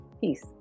Peace